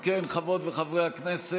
אם כן, חברות וחברי הכנסת,